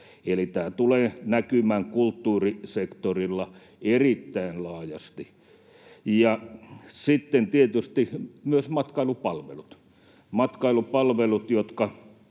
tämä tulee näkymään kulttuurisektorilla erittäin laajasti. Ja sitten tietysti myös matkailupalvelut, jotka... Oikeastaan